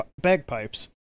bagpipes